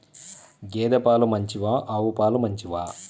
గేద పాలు మంచివా ఆవు పాలు మంచివా?